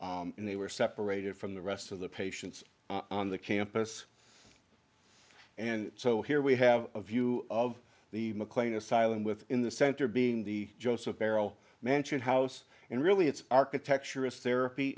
and they were separated from the rest of the patients on the campus and so here we have a view of the mclean asylum with in the center being the joseph barrel mansion house and really its architecture is therapy